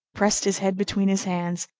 pressed his head between his hands,